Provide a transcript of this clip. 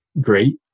great